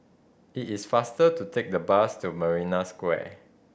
it is faster to take the bus to Marina Square